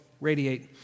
radiate